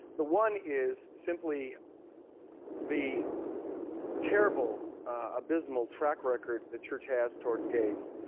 the one is simply the terrible, abysmal track record the church has towards gays.